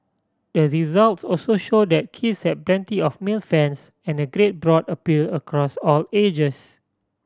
the results also show that Kiss have plenty of male fans and a great broad appeal across all ages